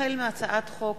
החל בהצעת חוק